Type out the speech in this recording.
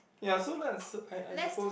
ya so that's I I suppose